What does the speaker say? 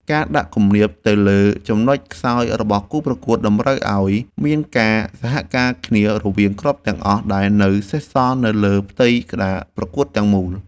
ការដាក់គំនាបទៅលើចំណុចខ្សោយរបស់គូប្រកួតតម្រូវឱ្យមានការសហការគ្នារវាងគ្រាប់ទាំងអស់ដែលនៅសេសសល់នៅលើផ្ទៃក្តារប្រកួតទាំងមូល។